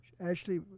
Ashley